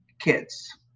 kids